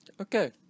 okay